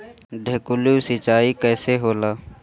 ढकेलु सिंचाई कैसे होला?